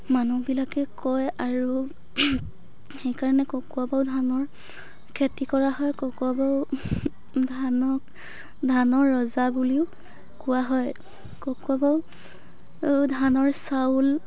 মানুহবিলাকে কয় আৰু সেইকাৰণে ককোৱা বাও ধানৰ খেতি কৰা হয় ককোৱা বাও ধানক ধানৰ ৰজা বুলিও কোৱা হয় ককোৱা বাও ধানৰ চাউল